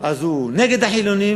אז הוא נגד החילונים,